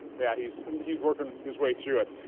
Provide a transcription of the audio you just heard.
yeah, he's he's working his way through it.